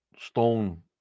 stone